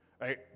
Right